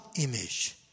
image